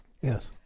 Yes